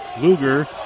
Luger